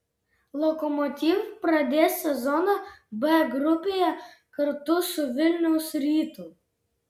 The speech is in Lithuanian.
lokomotiv pradės sezoną b grupėje kartu su vilniaus rytu